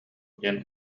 диэн